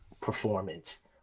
performance